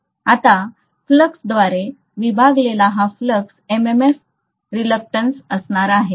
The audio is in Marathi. आता फ्लक्सद्वारे विभागलेला हा फ्लक्स MMF रिलक्टंस असणार आहे